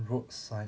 roadside